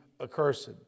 accursed